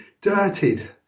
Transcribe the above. dirtied